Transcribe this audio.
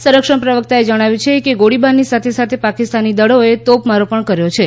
સંરક્ષણ પ્રવક્તાએ જણાવ્યું છે કે ગોળીબારની સાથે સાથે પાકિસ્તાની દળોએ તોપમારો પણ કર્યો છે